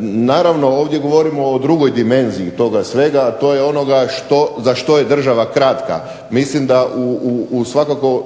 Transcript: Naravno, ovdje govorimo o drugoj dimenziji toga svega a to je onoga za što je država kratka. Mislim da svakako